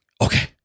okay